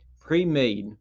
pre-made